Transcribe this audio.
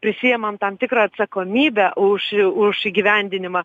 prisiemam tam tikrą atsakomybę už už įgyvendinimą